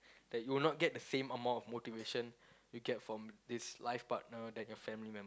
that you will not get the same amount of motivation you get from this life partner than your family member